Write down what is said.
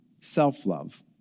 self-love